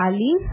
Ali